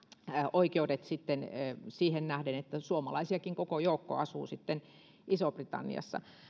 oikeudet sitten niin sanotusti vastavuoroisia sillä suomalaisiakin koko joukko asuu isossa britanniassa